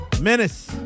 menace